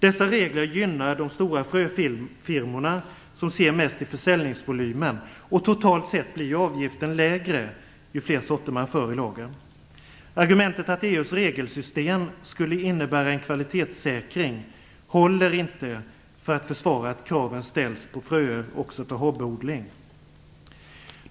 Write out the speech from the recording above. Dessa regler gynnar de stora fröfirmorna, som ser mest till försäljningsvolymen. Totalt sett blir avgiften lägre ju färre sorter man för i lager. Argumentet att EU:s regelsystem skulle innebära en kvalitetssäkring håller inte för att försvara att kraven ställs på fröer också för hobbyodling.